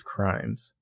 Crimes